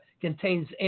contains